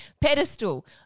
Pedestal